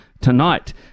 tonight